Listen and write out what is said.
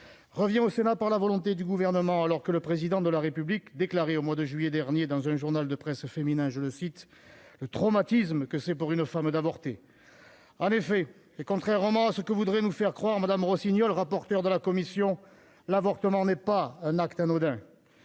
revient au Sénat par la volonté du Gouvernement, alors que le Président de la République déclarait au mois de juillet dernier dans un journal de presse féminin :« Je mesure le traumatisme que c'est », pour une femme, « d'avorter ». Et voilà ... En effet, contrairement à ce que voudrait nous faire croire Mme Rossignol, rapporteur de la commission, l'avortement n'est pas un acte anodin.